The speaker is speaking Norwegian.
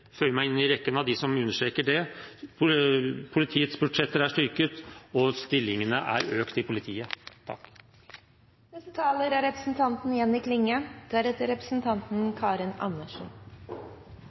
meg inn i rekken av dem som understreker det. Politiets budsjetter er styrket, og antallet stillinger i politiet er økt. Det er